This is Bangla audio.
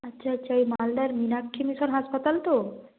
আচ্ছা আচ্ছা ওই মালদার মীনাক্ষী মিশন হাসপাতাল তো